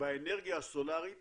באנרגיה הסולרית